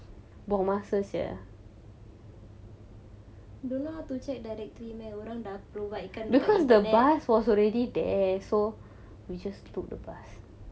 buang masa sia don't know how to check directory meh orang dah provide dekat internet